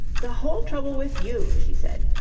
the whole trouble with you, she said,